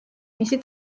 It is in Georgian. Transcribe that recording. მისი